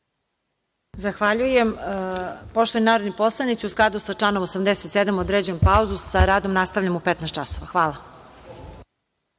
Zahvaljujem. Poštovani narodni poslanici u skladu sa članom 87. određujem pauzu i sa radom nastavljamo u 15,00 časova.